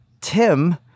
Tim